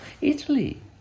Italy